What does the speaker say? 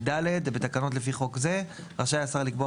ביצוע ותקנות 61. (ד) בתקנות לפי חוק זה רשאי השר לקבוע